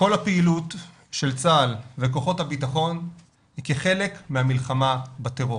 כל הפעילות של צבא ההגנה לישראל וכוחות הביטחון היא כחלק מהמלחמה בטרור.